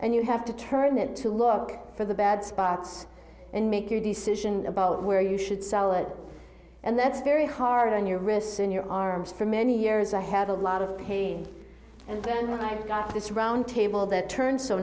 and you have to turn it to look for the bad spots and make your decision about where you should sell it and that's very hard on your wrists in your arms for many years i have a lot of pain and then i got this round table that turned so